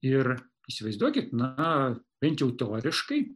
ir įsivaizduokit na bent jau teoriškai